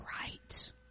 right